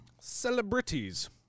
Celebrities